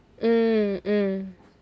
mm mm